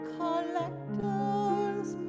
collector's